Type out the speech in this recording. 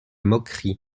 moquerie